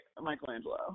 Michelangelo